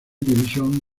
división